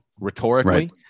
rhetorically